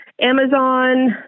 Amazon